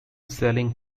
selling